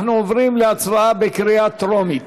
אנחנו עוברים להצבעה בקריאה טרומית.